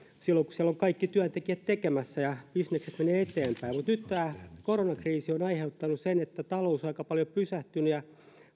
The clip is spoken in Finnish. silloin kun siellä on kaikki työntekijät tekemässä ja bisnekset menevät eteenpäin mutta nyt tämä koronakriisi on aiheuttanut sen että talous on aika paljon pysähtynyt ja